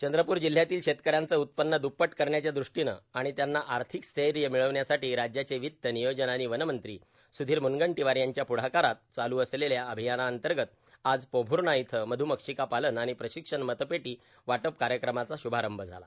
चंद्रपूर जिल्ह्यातील शेतकऱ्यांचे उत्पन्न द्रप्पट करण्याच्या दृष्टीनं आणि त्यांना आर्थिक स्थैर्य मिळविण्यासाठी राज्याचे वित्त नियोजन आणि वनमंत्री सुधीर मुनगंटीवार यांच्या प्ढाकारात चालू असलेल्या अभियानाअंतर्गत आज पोभूर्णा इथं मध्मक्षिका पालन आणि प्रशिक्षण मतपेटी वाटप कार्यक्रमाचा शुभारंभ झाला